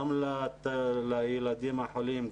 גם לילדים החולים,